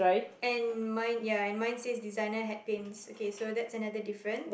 and mine ya and mine says designer hat paints so that's another difference